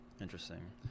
Interesting